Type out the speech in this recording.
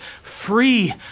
free